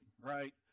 right